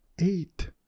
Eight